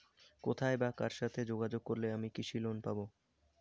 কোথায় বা কার সাথে যোগাযোগ করলে আমি কৃষি লোন পাব?